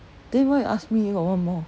then why you ask me got one more